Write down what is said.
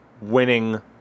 winning